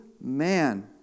man